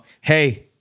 Hey